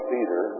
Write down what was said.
Peter